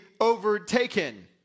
overtaken